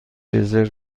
رزرو